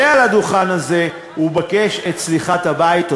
עלה על הדוכן הזה ובקש את סליחת הבית.